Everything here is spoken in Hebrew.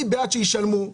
אני בעד שישלמו,